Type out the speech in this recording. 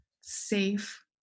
safe